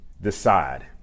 decide